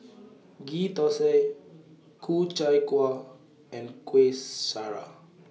Ghee Thosai Ku Chai Kueh and Kueh Syara